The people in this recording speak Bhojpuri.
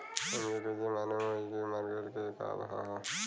हमके कइसे मालूम होई की मार्केट के का भाव ह?